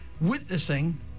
witnessing